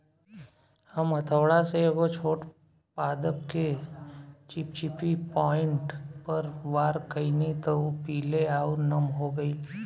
हम हथौड़ा से एगो छोट पादप के चिपचिपी पॉइंट पर वार कैनी त उ पीले आउर नम हो गईल